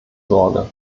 sorge